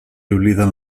obliden